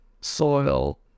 soil